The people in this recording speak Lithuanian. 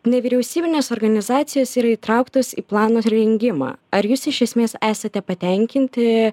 nevyriausybinės organizacijos yra įtrauktos į plano rengimą ar jūs iš esmės esate patenkinti